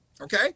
okay